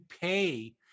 pay